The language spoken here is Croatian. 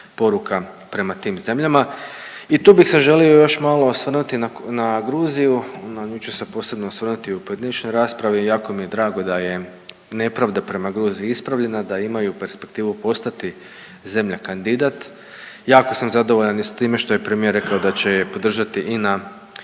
poruka prema tim zemljama. I tu bih se želio još malo osvrnuti na Gruziju. Na nju ću se posebno osvrnuti na pojedinačnoj raspravi. Jako mi je drago da je nepravda prema Gruziji ispravljena, da imaju perspektivu postati zemlja kandidat. Jako sam zadovoljan i sa time što je premijer rekao da će je podržati i na